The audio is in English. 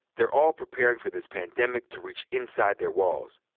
they're all preparing for this pandemic to reach inside their walls.